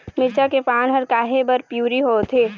मिरचा के पान हर काहे बर पिवरी होवथे?